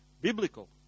biblical